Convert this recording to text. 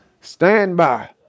Standby